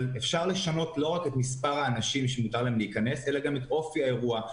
אבל אפשר לשנות לא רק את מספר הנוכחים אלא גם את אופי האירוע.